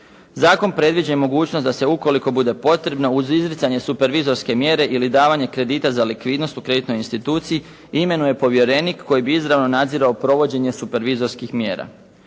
Zakon predviđa i mogućnost da se, ukoliko bude potrebno uz izricanje supervizorske mjere ili davanje kredita za likvidnost u kreditnoj instituciji imenuje povjerenik koji bi izravno nadzirao provođenje supervizorskih mjera.